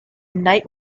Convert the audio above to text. night